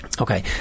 Okay